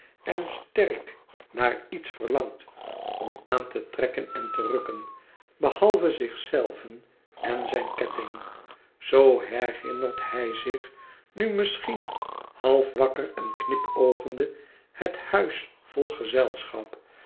en sterk naar iets verlangt om aan te trekken en te rukken behalve zich zelven en zijn ketting zoo herinnert hij zich nu misschien half wakker en knipoogende het huis vol gezelschap